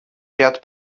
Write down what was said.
ряд